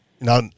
Now